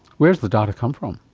where does the data come from?